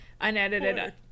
unedited